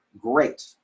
great